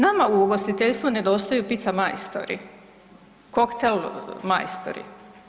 Nama u ugostiteljstvu nedostaje pizza majstori, koktel majstori.